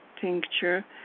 tincture